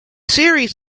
series